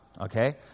Okay